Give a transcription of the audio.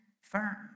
firm